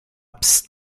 psst